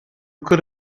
could